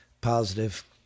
positive